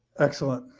excellent.